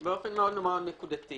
באופן מאוד מאוד נקודתי